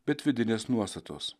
bet vidinės nuostatos